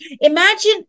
Imagine